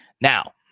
Now